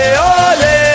ole